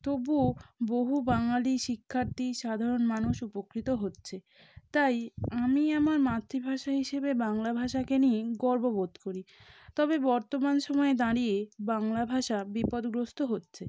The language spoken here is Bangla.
তবুও বহু বাঙালি শিক্ষার্থী সাধারণ মানুষ উপকৃত হচ্ছে তাই আমি আমার মাতৃভাষা হিসেবে বাংলা ভাষাকে নিয়েই গর্ব বোধ করি তবে বর্তমান সময়ে দাঁড়িয়ে বাংলা ভাষা বিপদগ্রস্ত হচ্ছে